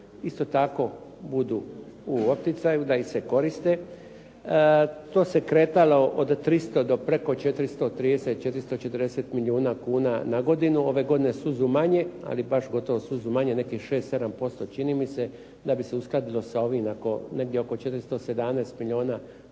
isto tako budu u opticaju, da se koriste. To se kretalo od 300 do preko 430, 440 milijuna kuna na godinu, ove godine suzu manje, ali baš gotovo suzu manje, nekih 6, 7% čini mi se, da bi se uskladilo sa ovim ako negdje oko 417 milijuna,